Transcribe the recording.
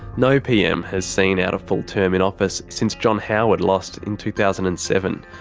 no pm has seen out a full term in office since john howard lost in two thousand and seven.